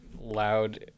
loud